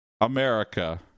America